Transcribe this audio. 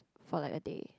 for like a day